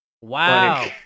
wow